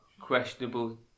Questionable